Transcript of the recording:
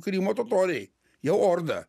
krymo totoriai jau orda